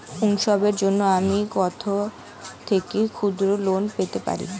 উৎসবের জন্য আমি কোথা থেকে ক্ষুদ্র লোন পেতে পারি?